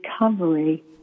recovery